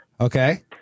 Okay